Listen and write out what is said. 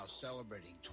celebrating